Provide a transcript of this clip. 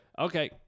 Okay